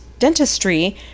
dentistry